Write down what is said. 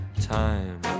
Time